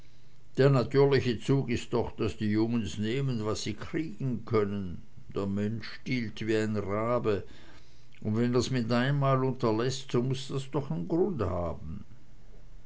der natürliche zug ist doch daß die jungens nehmen was sie kriegen können der mensch stiehlt wie n rabe und wenn er's mit einmal unterläßt so muß das doch nen grund haben